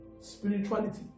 Spirituality